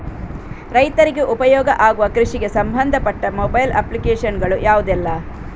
ರೈತರಿಗೆ ಉಪಯೋಗ ಆಗುವ ಕೃಷಿಗೆ ಸಂಬಂಧಪಟ್ಟ ಮೊಬೈಲ್ ಅಪ್ಲಿಕೇಶನ್ ಗಳು ಯಾವುದೆಲ್ಲ?